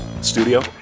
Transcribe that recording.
studio